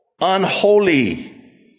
unholy